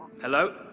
Hello